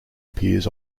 appears